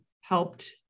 helped